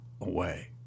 away